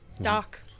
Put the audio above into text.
Doc